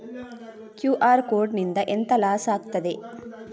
QR code ನಿಂದ ಎಂತ loss ಆಗ್ತದೆ?